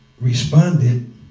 responded